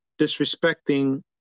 disrespecting